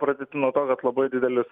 pradėti nuo to kad labai didelis